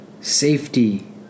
safety